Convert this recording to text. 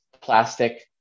plastic